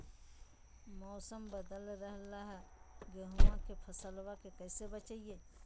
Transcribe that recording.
मौसम बदल रहलै है गेहूँआ के फसलबा के कैसे बचैये?